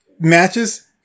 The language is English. matches